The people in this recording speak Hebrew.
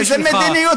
איזו מדיניות?